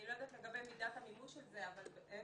אני לא יודעת לגבי מידת המימוש של זה אבל אין